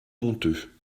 monteux